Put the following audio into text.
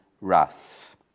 wrath